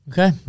Okay